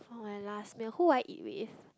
my last meal who I eat with